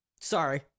Sorry